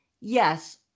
yes